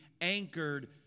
anchored